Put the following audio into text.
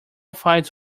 finds